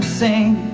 sing